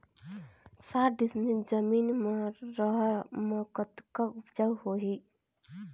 साठ डिसमिल जमीन म रहर म कतका उपजाऊ होही?